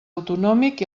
autonòmic